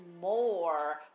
more